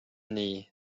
nii